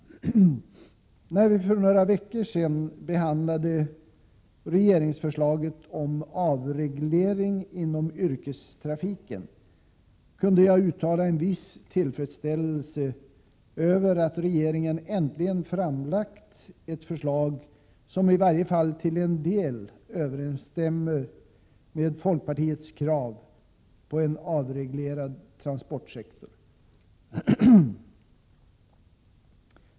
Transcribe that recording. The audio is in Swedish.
När vi för några veckor sedan behandlade regeringsförslaget om avreglering inom yrkestrafiken kunde jag uttala en viss tillfredsställelse över att regeringen äntligen framlagt ett förslag som i varje fall till en del överensstämmer med folkpartiets krav på en avreglerad transportsektor.